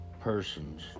persons